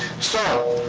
so,